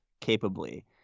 capably